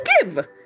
give